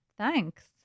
thanks